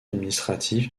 administratif